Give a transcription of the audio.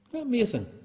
Amazing